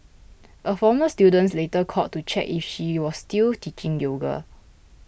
a former student later called to check if she was still teaching yoga